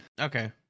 Okay